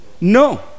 No